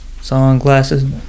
sunglasses